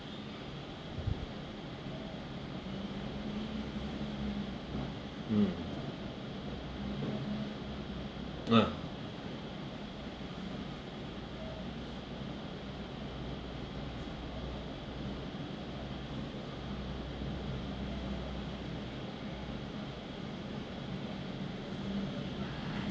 mm ah